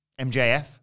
MJF